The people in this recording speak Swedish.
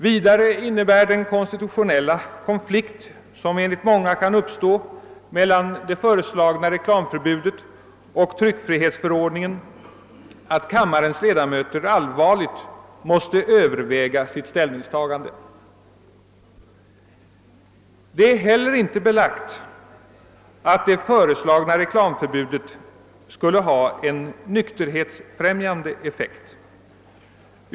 Vidare innebär den konstitutionella konflikt, som enligt många kan uppstå mellan det föreslagna reklamförbudet och tryckfrihetsförordningen, att kammarens ledamöter allvarligt måste överväga sitt ställningstagande. Det är heller inte belagt att det föreslagna reklamförbudet skulle ha en nykterhetsfrämjande effekt.